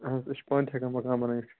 اَہن حظ أسۍ چھِ پانہٕ تہِ ہٮ۪کان مکان بنٲیِتھ